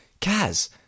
Kaz